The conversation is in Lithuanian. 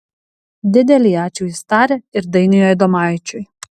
didelį ačiū jis taria ir dainiui adomaičiui